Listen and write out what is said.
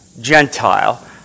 Gentile